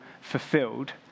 fulfilled